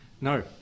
No